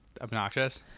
obnoxious